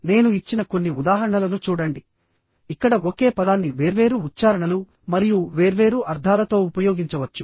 నేను ఇచ్చిన కొన్ని ఉదాహరణలను చూడండి ఇక్కడ ఒకే పదాన్ని వేర్వేరు ఉచ్చారణలు మరియు వేర్వేరు అర్థాలతో ఉపయోగించవచ్చు